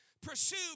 Pursue